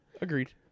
Agreed